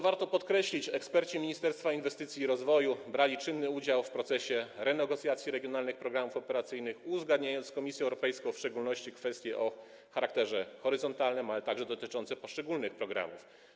Warto podkreślić, że eksperci Ministerstwa Inwestycji i Rozwoju brali czynny udział w procesie renegocjacji regionalnych programów operacyjnych i uzgadniali z Komisją Europejską w szczególności kwestie o charakterze horyzontalnym, ale także sprawy dotyczące poszczególnych programów.